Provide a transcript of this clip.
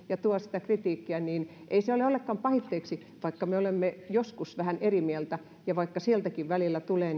ja tuo sitä kritiikkiä ei ole ollenkaan pahitteeksi vaikka me olemme joskus vähän eri mieltä ja vaikka sieltäkin välillä tulee